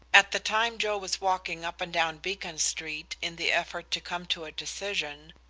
at the time joe was walking up and down beacon street in the effort to come to a decision,